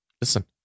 listen